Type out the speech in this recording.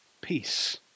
peace